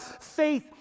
faith